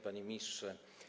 Panie Ministrze!